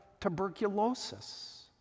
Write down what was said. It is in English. tuberculosis